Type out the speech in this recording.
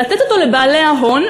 לתת אותו לבעלי ההון,